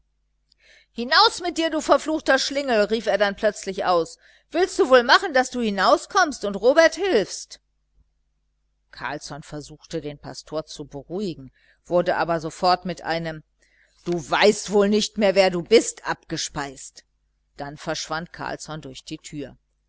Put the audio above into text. hinaus mit dir du verfluchter schlingel rief er dann plötzlich aus willst du wohl machen daß du hinaus kommst und robert hilfst carlsson versuchte den pastor zu besänftigen wurde aber sofort mit einem du weißt wohl nicht mehr wer du bist abgespeist dann verschwand carlsson durch die tür